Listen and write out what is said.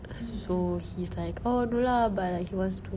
so he's like oh no lah but like he wants to